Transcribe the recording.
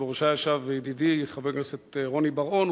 שבראשה ישב ידידי חבר הכנסת רוני בר-און,